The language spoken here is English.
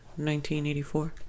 1984